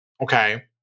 okay